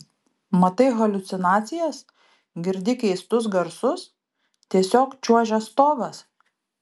matai haliucinacijas girdi keistus garsus tiesiog čiuožia stogas